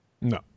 No